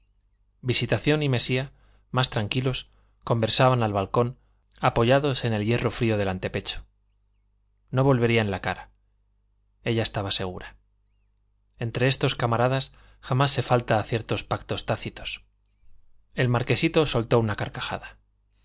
visitación y mesía más tranquilos conversaban al balcón apoyados en el hierro frío del antepecho no volverían la cara estaba ella segura entre estos camaradas jamás se falta a ciertos pactos tácitos el marquesito soltó una carcajada